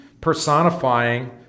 personifying